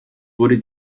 wurde